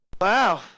Wow